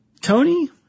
Tony